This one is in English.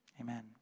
Amen